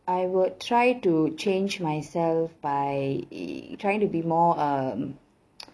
I would try to change myself by trying to be more um